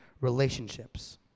relationships